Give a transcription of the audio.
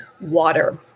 water